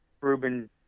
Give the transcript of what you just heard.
Ruben